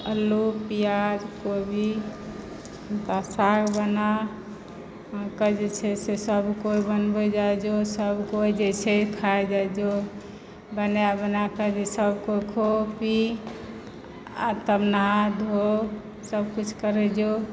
अल्लू प्याज कोबी तऽ साग बना हुनका जे छै से सभकोइ बनबै जाइ जो सभकोइ जे छै से खाइ जाइ जो बने बनयके जे सभकोइ खो पी आर तब नहा धो सभकिछु करय जो